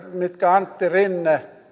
mitkä antti rinne